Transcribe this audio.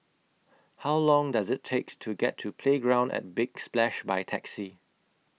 How Long Does IT takes to get to Playground At Big Splash By Taxi